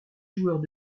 joueurs